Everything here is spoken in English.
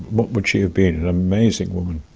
what would she have been? an amazing woman.